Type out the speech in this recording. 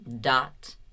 dot